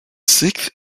sixth